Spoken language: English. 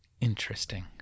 Interesting